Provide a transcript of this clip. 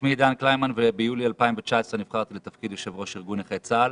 שמי עידן קלימן וביולי 2019 נבחרתי לתפקיד יושב-ראש ארגון נכי צה"ל.